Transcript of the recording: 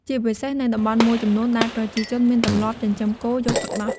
ជាពិសេសនៅតំបន់មួយចំនួនដែលប្រជាជនមានទម្លាប់ចិញ្ចឹមគោយកទឹកដោះ។